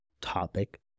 topic